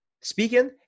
speaking